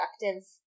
productive